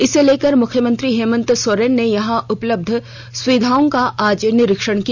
इसे लेकर मुख्यमंत्री हेमन्त सोरेन ने यहां उपलब्ध सुविधाओं का आज निरीक्षण किया